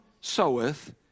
soweth